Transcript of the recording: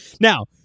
Now